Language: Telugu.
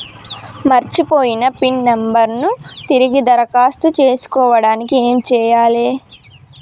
మర్చిపోయిన పిన్ నంబర్ ను తిరిగి దరఖాస్తు చేసుకోవడానికి ఏమి చేయాలే?